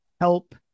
help